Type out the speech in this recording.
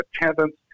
attendance